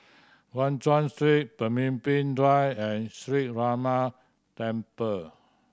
Guan Chuan Street Pemimpin Drive and Sree Ramar Temple